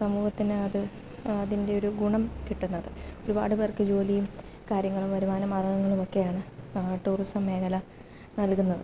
സമൂഹത്തിനകത്ത് അതിൻ്റെ ഒരു ഗുണം കിട്ടുന്നത് ഒരുപാട് പേർക്ക് ജോലിയും കാര്യങ്ങളും വരുമാന മാർഗ്ഗങ്ങളും ഒക്കെയാണ് ടൂറിസം മേഖല നൽകുന്നത്